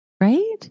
right